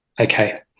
Okay